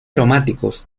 aromáticos